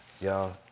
Y'all